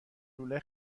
لوله